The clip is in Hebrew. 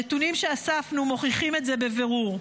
הנתונים שאספנו מוכיחים את זה בבירור.